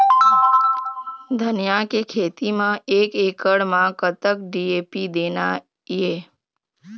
धनिया के खेती म एक एकड़ म कतक डी.ए.पी देना ये?